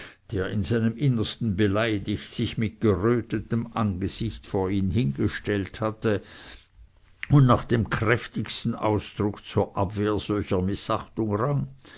der in seinem innersten beleidigt sich mit gerötetem angesicht vor ihn hingestellt hatte und nach dem kräftigsten ausdruck zur abwehr solcher mißachtung rang